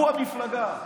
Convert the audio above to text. הוא המפלגה.